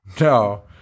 No